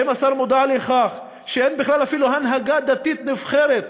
האם השר מודע לכך שאין בכלל אפילו הנהגה דתית נבחרת